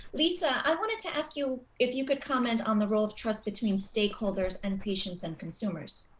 lisa, i wanted to ask you if you could comment on the role of trust between stakeholders and patients and consumers.